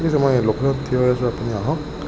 ঠিক আছে মই লোকেশ্যনত থিয় হৈ আছোঁ আপুনি আহক